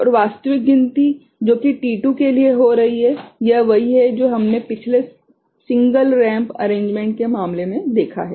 और वास्तविक गिनती जो कि t2 के लिए हो रही है यह वही है जो हमने पिछले सिंगल रेंप अरेंजमेंट के मामले में देखा है